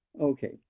Okay